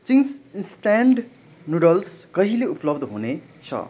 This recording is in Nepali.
चिङ्स इन्स्ट्यान्ट नुडल्स कहिले उपलब्ध हुनेछ